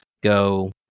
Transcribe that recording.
go